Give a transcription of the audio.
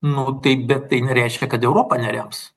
nu tai bet tai nereiškia kad europa nerems